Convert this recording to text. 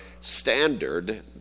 standard